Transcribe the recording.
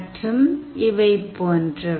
மற்றும் இவை போன்றவை